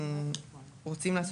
אנחנו רוצים לעשות,